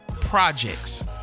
projects